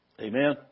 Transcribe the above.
Amen